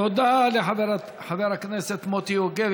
תודה לחבר הכנסת מוטי יוגב.